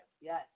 Yes